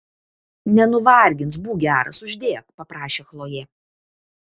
nenuvargins būk geras uždėk paprašė chlojė